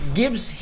gives